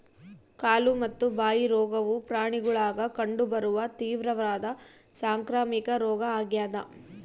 ಕಾಲು ಮತ್ತು ಬಾಯಿ ರೋಗವು ಪ್ರಾಣಿಗುಳಾಗ ಕಂಡು ಬರುವ ತೀವ್ರವಾದ ಸಾಂಕ್ರಾಮಿಕ ರೋಗ ಆಗ್ಯಾದ